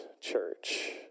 Church